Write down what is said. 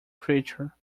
creature